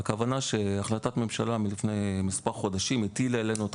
הכוונה שהחלטת ממשלה מלפני מספר חודשים הטילה עלינו את